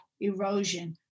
erosion